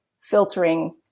filtering